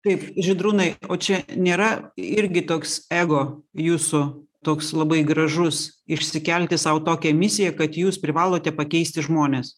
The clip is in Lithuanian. taip žydrūnai o čia nėra irgi toks ego jūsų toks labai gražus išsikelti sau tokią misiją kad jūs privalote pakeisti žmones